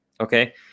okay